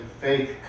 faith